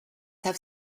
have